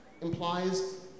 implies